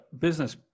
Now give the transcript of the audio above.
business